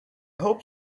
hope